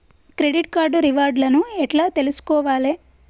Credit card reward లను ఎట్ల తెలుసుకోవాలే?